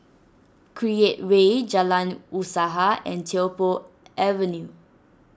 Create Way Jalan Usaha and Tiong Poh Avenue